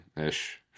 ish